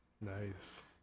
Nice